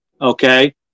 Okay